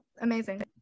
Amazing